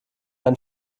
ein